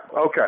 Okay